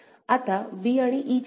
आता b आणि e चे काय